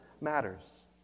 matters